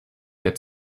der